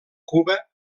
cuba